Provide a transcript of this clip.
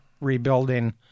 rebuilding